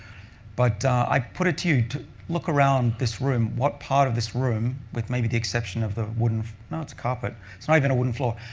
but i put it to you to look around this room. what part of this room, with maybe the exception of the wooden no, it's carpet, it's and not even a wooden floor.